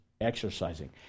exercising